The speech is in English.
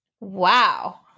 Wow